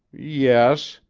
yes,